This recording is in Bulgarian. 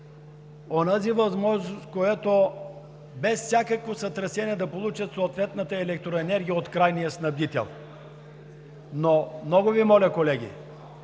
създали възможност без всякакво сътресение да получат съответната електроенергия от крайния снабдител. Но много Ви моля, колеги,